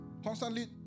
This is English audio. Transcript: constantly